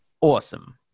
awesome